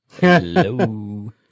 Hello